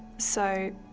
so,